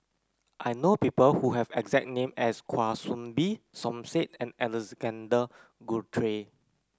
I know people who have exact name as Kwa Soon Bee Som Said and Alexander Guthrie